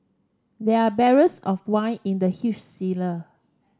there are barrels of wine in the huge cellar